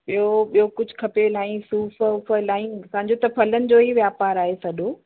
ॿियो ॿियो कुझु खपे इलाही सूफ़ वूफ़ इलाही असांजो त फ़लनि जो ई वापार आहे सॾो